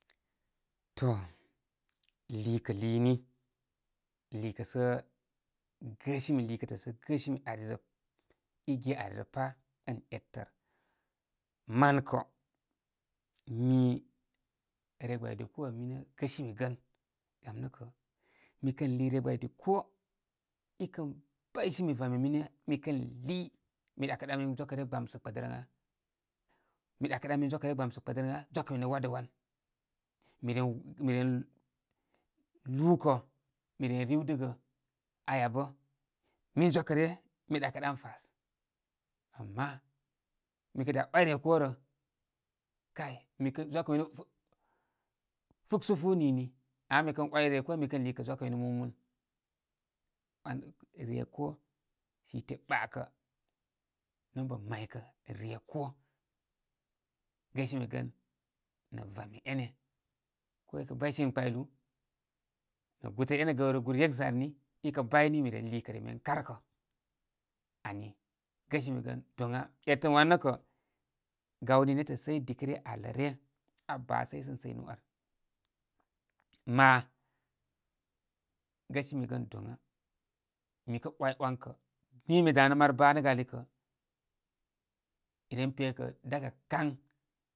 To, liikə lini liikə sə gəsimi liikətə sə gəsimi ari rə. man kə mi ryegɓayai koo wanə gəsimi gən. Mi kən lii rye gɓaydi koo i kən baysimi vome mine mi kən lii, mi ɗakə ɗan min zwakə ryə gbamsə kpədərəŋa-mi ɗakəɗan min zwakə ryə gbamsə kpədərəŋa. Zwákə minə wadə wan. Mi ren-miren lúúkə, miren riwdəgə aya bə. Min zwakə ryə mi ɗakəɗan mikə dá way rye koo rə kay mi kə zwákə minə fuksəfú nini. Ama mi kən ‘way rye koo mi kən liikə zwákə minə múmún. Ah rye koo, site ɓa kə, nomba may kə rye koo gəsimi gən nə vome éne ko i kə baysimi kpaylu nə gutər i bay ni mi ren liikə re mi ren karkə. Ani gəsimi gən doŋa etən wanə nəkə, gawni nétə səy dikə ryə al lə ryə, aa baa səy sən səyni ar. Ma'a gəsimi gən doŋa. Mi kə way ‘wan kə. Min mi danə maar banəgə ani kə ren pekə dakə kaŋ.